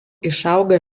išauga